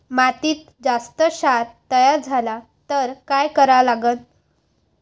मातीत जास्त क्षार तयार झाला तर काय करा लागन?